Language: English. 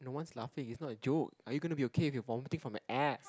no one's laughing it's not a joke are you gonna be okay if you're vomiting from the ass